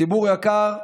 ציבור יקר,